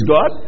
God